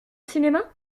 cinéma